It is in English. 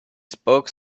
spoke